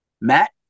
Matt